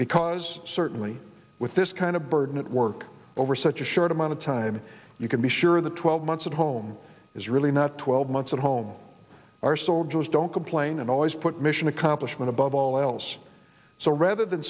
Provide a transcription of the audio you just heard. because certainly with this kind of burden at work over such a short amount of time you can be sure that twelve months at home is really not twelve months at home our soldiers don't complain and always put mission accomplishment above all else so rather than